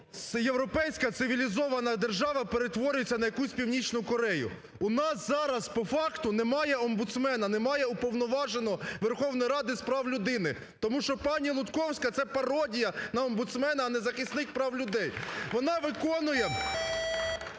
європейська цивілізована держава перетворюється на якусь Північну Корею? У нас зараз по факту немає омбудсмена, немає Уповноваженого Верховної Ради з прав людини. Тому що пані Лутковська – це пародія на омбудсмена, а не захисник прав людей. Вона виконує,